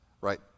right